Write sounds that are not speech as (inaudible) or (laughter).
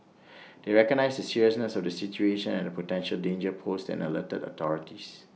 (noise) they recognised the seriousness of the situation and the potential danger posed and alerted the authorities